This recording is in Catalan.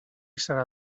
serà